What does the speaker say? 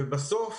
ובסוף,